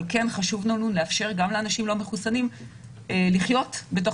אבל כן חשוב לאפשר גם לאנשים לא מחוסנים לחיות בתוך